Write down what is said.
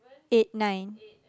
eight nine